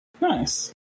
nice